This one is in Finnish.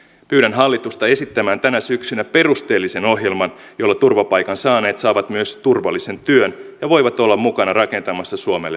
pyydän hallitusta esittämään tänä syksynä perusteellisen ohjelman jolla turvapaikan saaneet saavat myös turvallisen työn ja voivat olla mukana rakentamassa suomelle parempaa tulevaisuutta